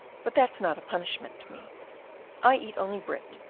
but that's not a punishment to me i eat only bread,